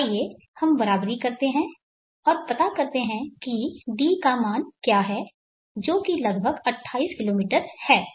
तो आइए हम बराबरी करते हैं और पता करते हैं कि d का मान क्या है जो कि लगभग 28 किलोमीटर है